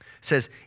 says